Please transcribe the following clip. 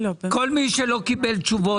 כל מי שלא קיבל תשובות,